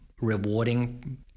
rewarding